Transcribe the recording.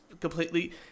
completely